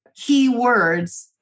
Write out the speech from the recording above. keywords